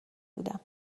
بودم